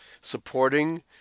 supporting